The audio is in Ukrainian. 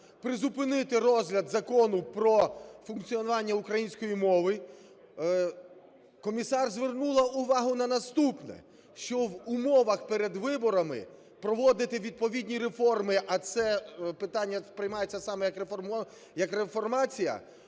призупинити розгляд Закону про функціонування української мови. Комісар звернула увагу на наступне: що в умовах перед виборами проводити відповідні реформи - а це питання сприймається саме як реформація,